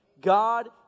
God